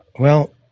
well,